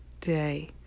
day